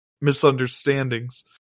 misunderstandings